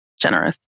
generous